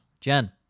Jen